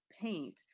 paint